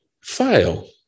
fail